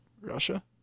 Russia